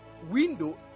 window